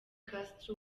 castro